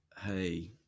hey